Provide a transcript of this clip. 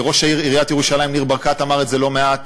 וראש עיריית ירושלים ניר ברקת אמר את זה לא מעט,